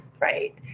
right